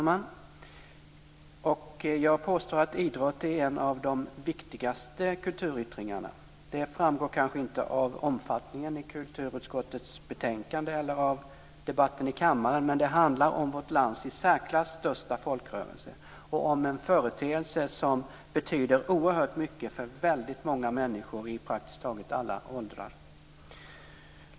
Fru talman! Jag påstår att idrott är en av de viktigaste kulturyttringarna. Det framgår kanske inte av omfattningen av kulturutskottets betänkande eller av debatten här i kammaren, men det handlar om vårt lands i särklass största folkrörelse och om en företeelse som betyder oerhört mycket för väldigt många människor i praktiskt taget alla åldrar.